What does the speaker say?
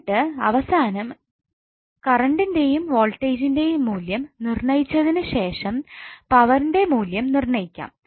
എന്നിട്ട് അവസാനം കറണ്ടിന്റെയും വോൾട്ടേജ്ന്റെയും മൂല്യം നിർണയിച തിനുശേഷം പവറിന്റെ മൂല്യം നിർണയിക്കാം